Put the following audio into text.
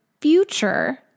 future